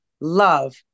love